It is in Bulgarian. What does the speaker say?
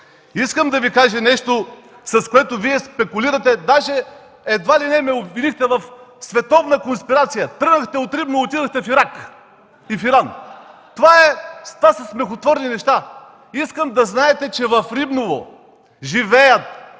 Искам да Ви кажа нещо, с което Вие спекулирате, дори едва ли не ме обвинихте в световна конспирация. Тръгнахте от Рибново и отидохте в Ирак и Иран. Това са смехотворни неща. Искам да знаете, че в Рибново живеят